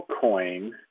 coin